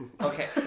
Okay